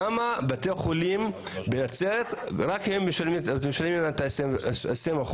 למה רק בתי החולים בנצרת משלמים את ה-20%,